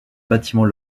bâtiment